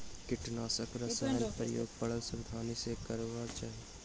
कीटनाशक रसायनक प्रयोग बड़ सावधानी सॅ करबाक चाही